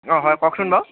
অঁ হয় কওকচোন বাৰু